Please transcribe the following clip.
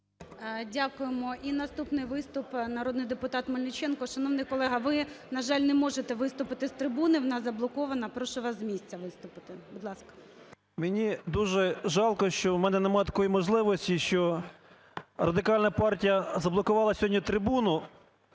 Дякуємо. І наступний виступ – народний депутат Мельниченко. Шановний колего, ви, на жаль, не можете виступити з трибуни, вона заблокована. Прошу вас з місця виступити. Будь ласка. 17:22:13 МЕЛЬНИЧЕНКО В.В. Мені дуже жалко, що в мене такої можливості, що Радикальна партія заблокувала сьогодні трибуну.